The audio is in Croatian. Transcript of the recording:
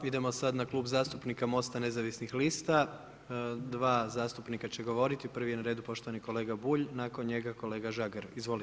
Idemo sad na Klub zastupnika MOST-a nezavisnih lista, dva zastupnika će govoriti, prvi je na redu poštovani kolega Bulj i nakon njega kolega Žagar, izvolite.